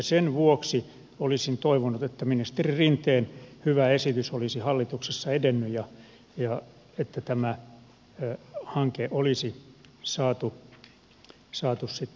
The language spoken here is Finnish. sen vuoksi olisin toivonut että ministeri rinteen hyvä esitys olisi hallituksessa edennyt ja että tämä hanke olisi saatu sitten eteenpäin